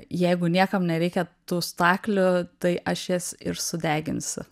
jeigu niekam nereikia tų staklių tai aš jas ir sudeginsiu